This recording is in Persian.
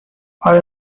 آره